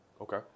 Okay